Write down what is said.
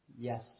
yes